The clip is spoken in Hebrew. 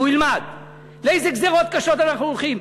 הוא ילמד לאיזה גזירות קשות אנחנו הולכים.